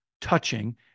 touching